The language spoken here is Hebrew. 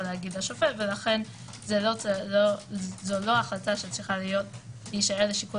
להגיד לשופט לכן זו לא החלטה שצריכה להישאר לשיקול